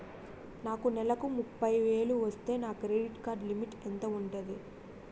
నాకు నెలకు ముప్పై వేలు వస్తే నా క్రెడిట్ కార్డ్ లిమిట్ ఎంత ఉంటాది?